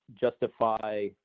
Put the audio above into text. justify